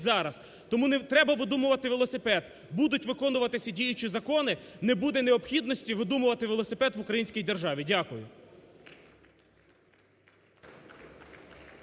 зараз. Тому не треба видумувати велосипед. Будуть виконуватись діючі закони, не буде необхідності видумувати велосипед в українській державі. Дякую.